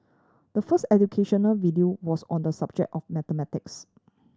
the first educational video was on the subject of mathematics